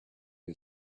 you